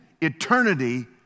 eternity